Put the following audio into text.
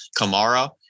Kamara